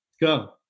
Go